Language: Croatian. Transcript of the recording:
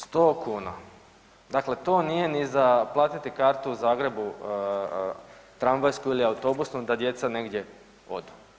100 kuna, dakle to nije ni za platiti kartu u Zagrebu tramvajsku ili autobusnu da djeca negdje odu.